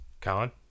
Colin